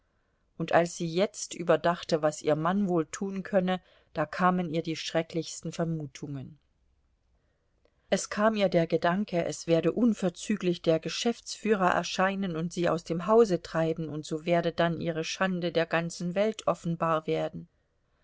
und als sie jetzt überdachte was ihr mann wohl tun könne da kamen ihr die schrecklichsten vermutungen es kam ihr der gedanke es werde unverzüglich der geschäftsführer erscheinen und sie aus dem hause treiben und so werde dann ihre schande der ganzen welt offenbar werden